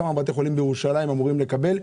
כמה בתי חולים בירושלים אמורים לקבל?